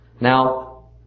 Now